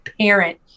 parent